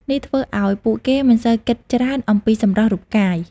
នេះធ្វើឱ្យពួកគេមិនសូវគិតច្រើនអំពីសម្រស់រូបកាយ។